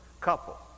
couple